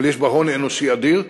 אבל יש בה הון אנושי אדיר,